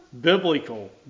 biblical